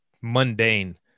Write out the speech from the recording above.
mundane